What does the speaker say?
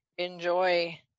Enjoy